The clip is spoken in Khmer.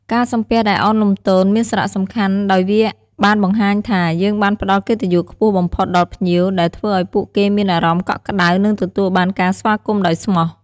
ការសំពះដោយឱនលំទោនមានសារៈសំខាន់ដោយវាបានបង្ហាញថា យើងបានផ្តល់កិត្តិយសខ្ពស់បំផុតដល់ភ្ញៀវ ដែលធ្វើឲ្យពួកគេមានអារម្មណ៍កក់ក្តៅ និងទទួលបានការស្វាគមន៍ដោយស្មោះ។